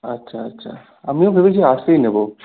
আচ্ছা আচ্ছা আমিও ভেবেছি আর্টসই নেবো